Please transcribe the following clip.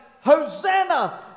Hosanna